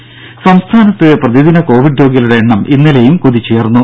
ദേദ സംസ്ഥാനത്ത് പ്രതിദിന കോവിഡ് രോഗികളുടെ എണ്ണം ഇന്നലെയും കുതിച്ചുയർന്നു